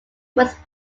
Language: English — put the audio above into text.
was